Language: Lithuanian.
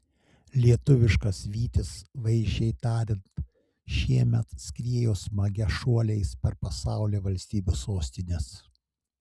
lietuviškas vytis vaizdžiai tariant šiemet skriejo smagia šuoliais per pasaulio valstybių sostines